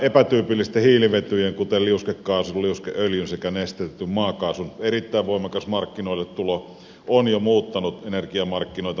epätyypillisten hiilivetyjen kuten liuskekaasun liuskeöljyn sekä nesteytetyn maakaasun erittäin voimakas markkinoille tulo on jo muuttanut energiamarkkinoita merkittävästi